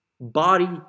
body